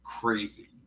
crazy